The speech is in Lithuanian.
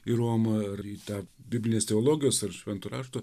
į romą ar į tą biblinės teologijos ar šventų raštų